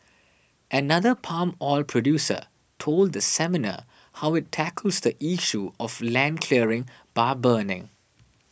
another palm oil producer told the seminar how it tackles the issue of land clearing by burning